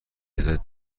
لذت